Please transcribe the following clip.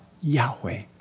Yahweh